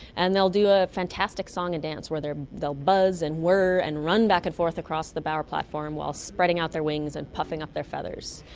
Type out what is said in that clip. and they'll do a fantastic song and dance where they'll buzz and whir and run back and forth across the bower platform while spreading out their wings and puffing up their feathers.